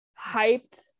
hyped